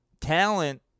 talent